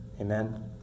Amen